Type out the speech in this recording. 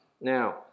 Now